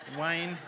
Wayne